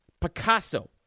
Picasso